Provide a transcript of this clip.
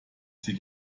sie